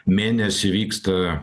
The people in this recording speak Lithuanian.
mėnesį vyksta